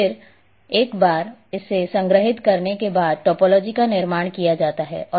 और एक बार इसे संग्रहित करने के बाद टोपोलॉजी का निर्माण किया जाता है